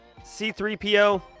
C3PO